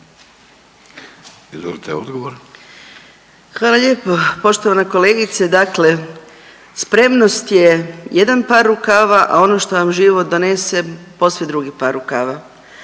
Anka (GLAS)** Hvala lijepo. Poštovana kolegice, dakle spremnost je jedan par rukava, a ono što vam život donese posve drugi par rukava,